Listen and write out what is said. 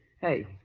Hey